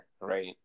right